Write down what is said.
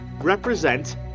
represent